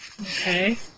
Okay